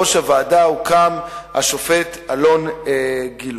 בראש הוועדה עמד השופט אלון גילון.